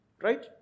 right